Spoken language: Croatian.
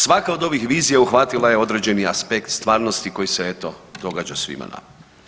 Svaka od ovih vizija uhvatila je određeni aspekt stvarnosti koji se eto događa svima nama.